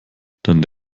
dann